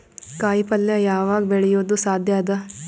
ಕಾಯಿಪಲ್ಯ ಯಾವಗ್ ಬೆಳಿಯೋದು ಸಾಧ್ಯ ಅದ?